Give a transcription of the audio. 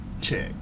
check